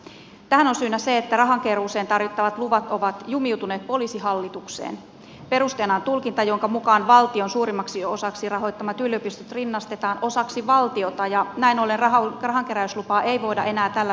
tähän on syynä se että rahankeruuseen tarvittavat luvat ovat jumiutuneet poliisihallitukseen perusteenaan tulkinta jonka mukaan valtion suurimmaksi osaksi rahoittamat yliopistot rinnastetaan osaksi valtiota ja näin ollen rahankeräyslupaa ei voida enää tällä perusteella myöntää